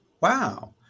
Wow